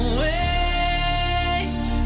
wait